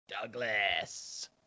Douglas